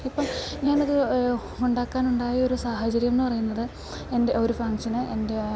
ഇപ്പം ഞാനത് ഉണ്ടാക്കാനുണ്ടായൊരു സാഹചര്യമെന്നു പറയുന്നത് എൻ്റെ ഒരു ഫങ്ഷൻ എൻറ്റേ